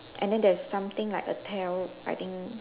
and then there is something like a tell I think